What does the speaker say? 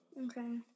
Okay